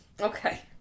Okay